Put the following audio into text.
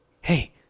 Hey